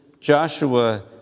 Joshua